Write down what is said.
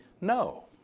no